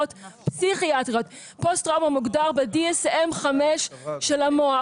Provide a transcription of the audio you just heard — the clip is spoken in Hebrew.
פוסט טראומה מוגדר ב-DSM-5 של המוח.